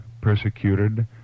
persecuted